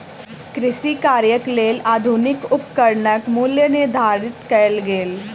कृषि कार्यक लेल आधुनिक उपकरणक मूल्य निर्धारित कयल गेल